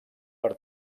per